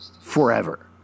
forever